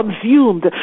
consumed